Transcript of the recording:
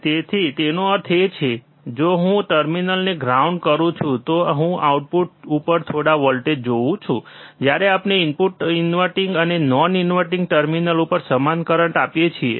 તેથી તેનો અર્થ એ છે કે જો હું ટર્મિનલ્સને ગ્રાઉન્ડ કરું છું તો હું આઉટપુટ ઉપર થોડા વોલ્ટેજ જોઉં છું જ્યારે આપણે ઇનપુટ ઇનવર્ટીંગ અને નોન ઇન્વર્ટીંગ ટર્મિનલ્સ ઉપર સમાન કરંટ આપીએ છીએ